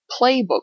playbook